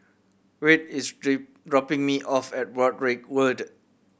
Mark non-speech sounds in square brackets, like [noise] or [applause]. Wirt is [unintelligible] dropping me off at Broadrick Road